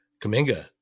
Kaminga